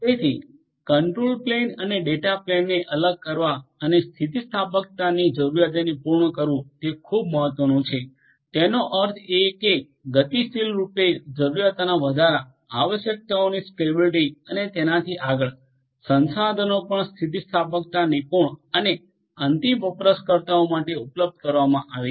તેથી control plane અને data પ્લેનને અલગ કરવા અને સ્થિતિસ્થાપકતાની જરૂરિયાતોને પૂર્ણ કરવી તે ખૂબ મહત્વનું છે તેનો અર્થ એ કે ગતિશીલરૂપે જરૂરીયાતોના વધારા આવશ્યકતાઓની સ્કેલેબિલીટી અને તેનાથી આગળ સંસાધનો પણ સ્થિતિસ્થાપકતા નિપુણ અને અંતિમ વપરાશકર્તાઓ માટે ઉપલબ્ધ કરવામાં આવે છે